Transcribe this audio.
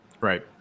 right